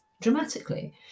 dramatically